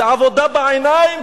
זה עבודה בעיניים,